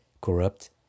corrupt